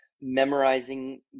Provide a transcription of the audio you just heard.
memorizing